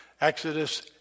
Exodus